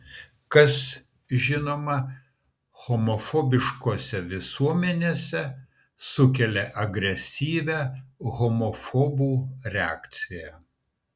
kas žinoma homofobiškose visuomenėse sukelia agresyvią homofobų reakciją